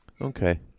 Okay